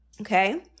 okay